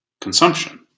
consumption